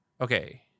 okay